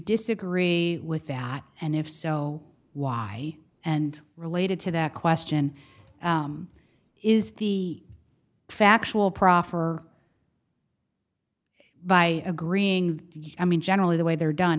disagree with that and if so why and related to that question is the factual proffer by agreeing i mean generally the way they're done